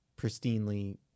pristinely